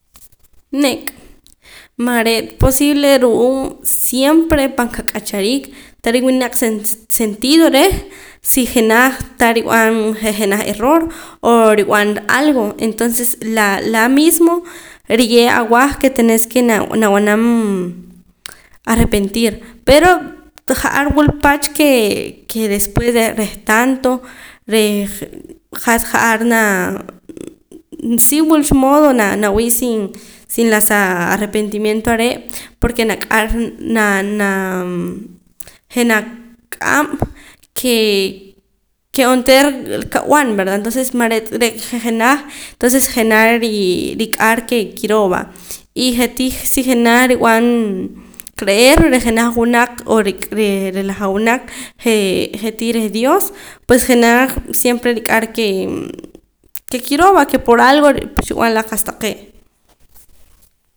Nek' man re'ta posible ru'uum siempre pan qak'achariik tah riwii' naq sen sentido reh si jenaj tah rib'an je' jenaj error o rib'an algo entonces laa' laa' mismo riye' awah ke tenés ke na nab'anaam arrepentir pero ja'ar wul pach ke ke después reh tanto reh hat ja'ar naa si wul cha modo nawii' sin sin la sa arrepentimiento are' porque nak'ar na na je' naq'ab' ke ke onteera qab'an verdad entonces mare'ta re'ka je' jenaj entonces jenaj rik'ar ke kiroo va y si je'tii si jenaj rib'an creer reh jenaj wunaq o ke reh la rijawunaq jee je'tii reh dios pués jenaj siempre rik'ar kee ke kiroo va ke por algo xib'an la qa'sa taqee'